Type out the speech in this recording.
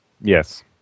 Yes